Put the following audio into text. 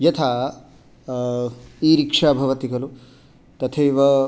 यथा e rickshaw भवति खलु तथैव